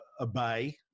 obey